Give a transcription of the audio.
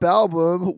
album